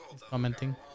commenting